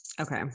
Okay